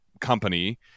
company